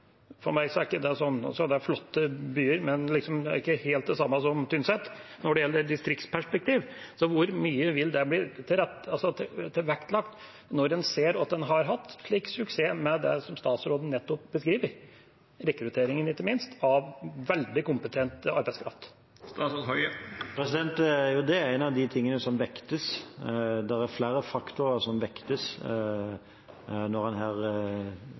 Det er flotte byer, men det er ikke helt det samme som Tynset når det gjelder distriktsperspektivet. Hvor mye vil det bli vektlagt når en ser at en har hatt slik suksess med det som statsråden beskriver, ikke minst med rekrutteringen av veldig kompetent arbeidskraft? Det er en av de tingene som vektes. Det er flere faktorer som vektes når en